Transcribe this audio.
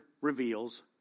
reveals